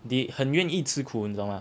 they 很愿意吃苦你知道吗